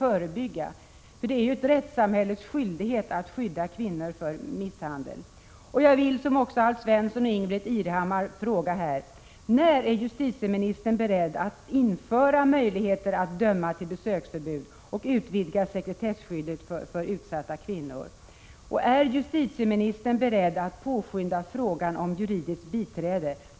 15 december 1986 I likhet med Alf Svensson och Ingbritt Irhammar vill jag fråga: När är FÖRE - R : ER Om åtgärder fö justitieministern beredd att införa möjligheter att döma till besöksförbud och k dat 5 örat i 3 Ar MRS sär NR skydda kvinnors att utvidga sekretesskyddet för utsatta kvinnor? Och är justitieministern y SEA SO utsatts för misshandel beredd att påskynda frågan om juridiskt biträde?